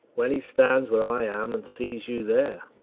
when he stands where i am and sees you there.